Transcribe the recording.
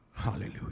Hallelujah